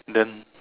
then